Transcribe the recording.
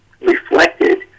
reflected